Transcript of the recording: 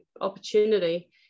opportunity